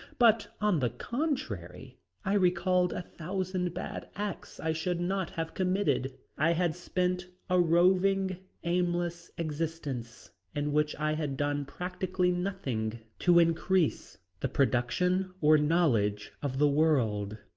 but on the contrary i recalled a thousand bad acts i should not have committed. i had spent a roving, aimless existence in which i had done practically nothing to increase the production or knowledge of the world,